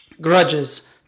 grudges